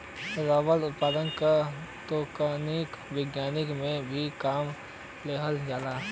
rubber उत्पादन क तकनीक विज्ञान में भी काम लिहल जाला